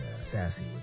sassy